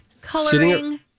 coloring